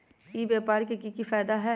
ई व्यापार के की की फायदा है?